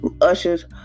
ushers